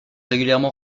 régulièrement